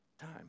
time